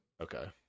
Okay